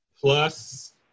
plus